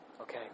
Okay